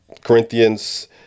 corinthians